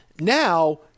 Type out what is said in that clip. Now